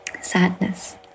sadness